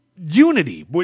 Unity